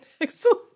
excellent